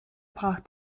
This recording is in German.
brach